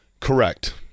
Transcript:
Correct